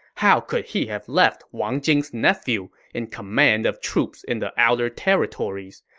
how could he have left wang jing's nephew in command of troops in the outer territories?